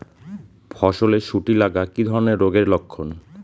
ফসলে শুটি লাগা কি ধরনের রোগের লক্ষণ?